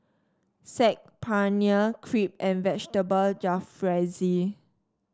Saag Paneer Crepe and Vegetable Jalfrezi